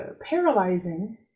paralyzing